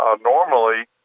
normally